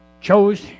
chose